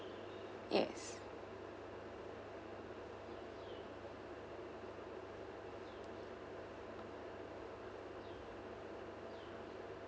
yes